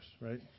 right